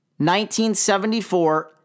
1974